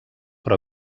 però